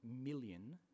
million